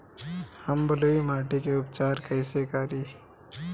हम बलुइ माटी के उपचार कईसे करि?